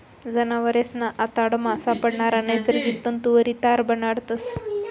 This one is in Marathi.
जनावरेसना आतडामा सापडणारा नैसर्गिक तंतुवरी तार बनाडतस